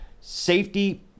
safety